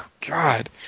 god